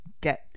get